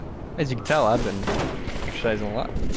as you can tell i've been exercising a lot.